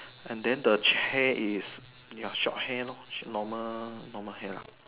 and then the chair is ya short hair lo normal normal hair lah